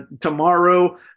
tomorrow